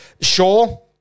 Sure